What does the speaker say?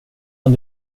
kan